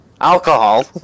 alcohol